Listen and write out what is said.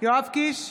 יואב קיש,